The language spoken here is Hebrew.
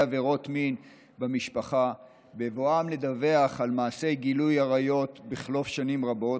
עבירות מין במשפחה בבואם לדווח על מעשי גילוי עריות בחלוף שנים רבות,